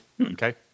Okay